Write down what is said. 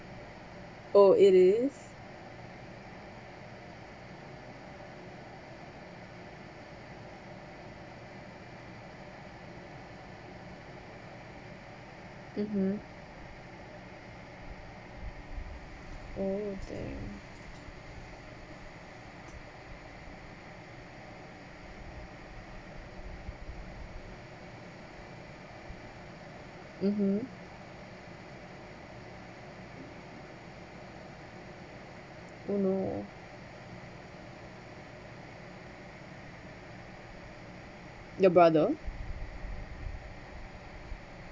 oh it is mmhmm oh okay mmhmm oh no the brother